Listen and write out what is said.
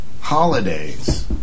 holidays